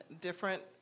different